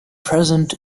present